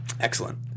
Excellent